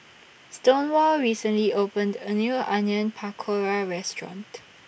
Stonewall recently opened A New Onion Pakora Restaurant